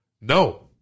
no